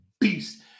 Beast